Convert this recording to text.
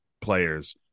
players